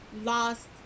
lost